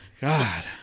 God